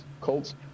Colts